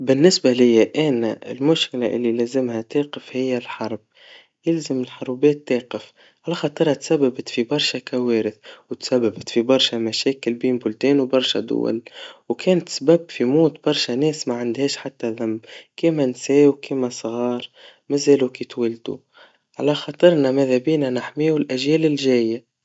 بالنسبا ليا آنا المشكلا اللي لازمها تقف هي الحرب, إلزم الحربات تاقف, على خاطرها تسببت في برشا كوارث, وتسسبت في برشا مشاكل بين بلدان و برشا دول, وكانت سبب في موت برشا ناس معندهاش حتى ذنب, كيما نساء, وكيما صغار مزالوا كيتولدوا, على خاطرنا ماذا بينا نحميهوا الأجيال الجايا.